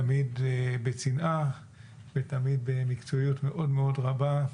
תמיד בצנעה ותמיד במקצועיות מאוד-מאוד רבה.